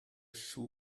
shoe